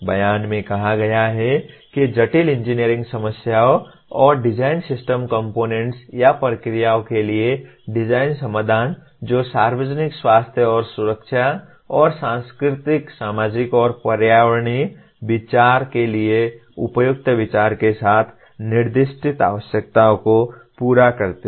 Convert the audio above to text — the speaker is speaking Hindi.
बयान में कहा गया है कि जटिल इंजीनियरिंग समस्याओं और डिजाइन सिस्टम कंपोनेंट्स या प्रक्रियाओं के लिए डिजाइन समाधान जो सार्वजनिक स्वास्थ्य और सुरक्षा और सांस्कृतिक सामाजिक और पर्यावरणीय विचार के लिए उपयुक्त विचार के साथ निर्दिष्ट आवश्यकताओं को पूरा करते हैं